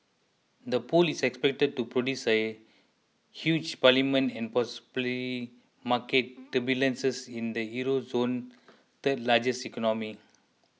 the poll is expected to produce a huge parliament and possibly market turbulences in the Euro zone's third largest economy